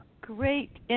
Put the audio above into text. Great